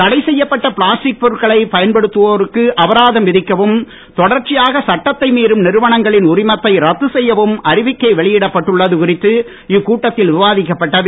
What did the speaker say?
தடை செய்யப்பட்ட பிளாஸ்டிக் பொருட்களை பயன்படுத்துவோருக்கு அபராதம் விதிக்கவும் தொடர்ச்சியாக சட்டத்தை மீறும் நிறுவனங்களின் உரிமத்தை ரத்து செய்யவும் அறிவிக்கை வெளியிடப்பட்டுள்ளது குறித்து இக்கூட்டத்தில் விவாதிக்கப்பட்டது